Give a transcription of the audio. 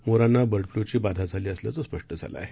मोरांना bird flu ची बाधा झाली असल्याचं स्पष्ट झालं आहे